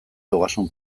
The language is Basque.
ogasun